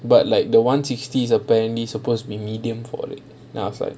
but like the one sixties was apparently supposed be medium for it then I was like